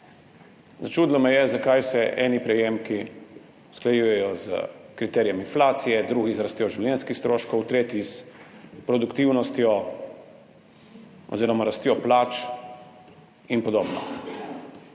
Začudilo me je, zakaj se nekateri prejemki usklajujejo s kriterijem inflacije, drugi z rastjo življenjskih stroškov, tretji s produktivnostjo oziroma rastjo plač in podobno,